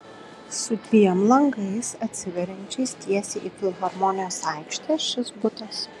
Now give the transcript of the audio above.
su dviem langais atsiveriančiais tiesiai į filharmonijos aikštę šis butas